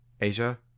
Asia